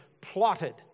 plotted